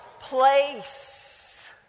place